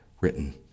written